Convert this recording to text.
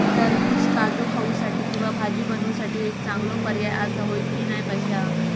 टरबूज ताजो खाऊसाठी किंवा भाजी बनवूसाठी एक चांगलो पर्याय आसा, होय की नाय पश्या?